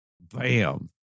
Bam